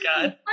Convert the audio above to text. God